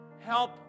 help